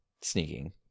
Sneaking